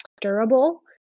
durable